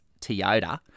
Toyota